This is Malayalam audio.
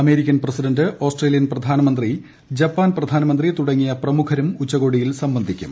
അമേരിക്കൻ പ്രസിഡന്റ് ആസ്ട്രേലിയൻ പ്രധാനമന്ത്രി ജപ്പാൻ പ്രധാനമന്ത്രി തുടങ്ങിയ പ്രമുഖരും ഉച്ചകോടിയിൽ സംബന്ധിക്കും